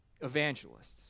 evangelists